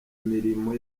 imilimo